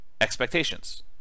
expectations